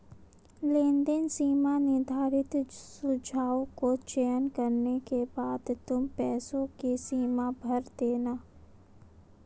लेनदेन सीमा निर्धारित सुझाव को चयन करने के बाद तुम पैसों की सीमा भर देना